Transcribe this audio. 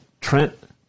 Trent